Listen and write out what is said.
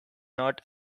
not